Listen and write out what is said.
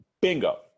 Bingo